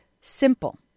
simple